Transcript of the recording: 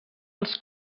els